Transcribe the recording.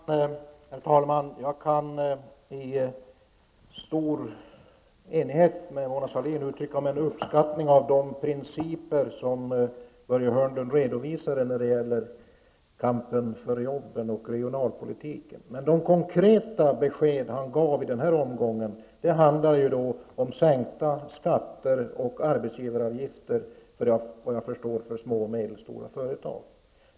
Herr talman! Jag är helt enig med Mona Sahlin, och jag vill uttrycka min uppskattning av de principer som Börje Hörnlund redovisade när det gäller kampen för jobben och regionalpolitiken. Men de konkreta besked han gav i den här omgången gällde sänkta skatter och arbetsgivaravgifter för små och medelstora företag.